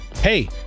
Hey